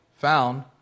found